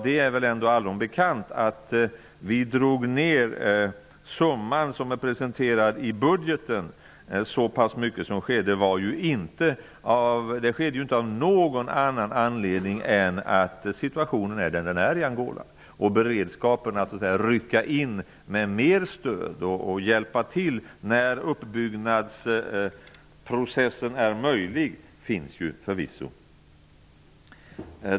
Det är väl ändå allom bekant att skälet till att vi drog ner summan som presenterades i budgeten så mycket inte var något annat än att situationen är som den är i Angola. Beredskapen att rycka in med mera stöd och hjälpa till när uppbyggnadsprocessen är möjlig finns förvisso.